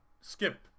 skip